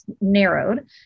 narrowed